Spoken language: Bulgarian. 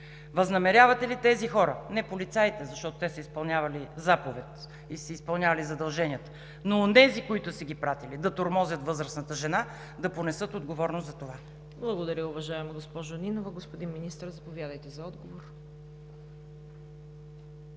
Възнамерявате ли тези хора – не полицаите, защото те са изпълнявали заповед и са си изпълнявали задълженията, но онези, които са ги пратили да тормозят възрастната жена, да понесат отговорност за това? ПРЕДСЕДАТЕЛ ЦВЕТА КАРАЯНЧЕВА: Благодаря, госпожо Нинова. Господин Министър, заповядайте за отговор.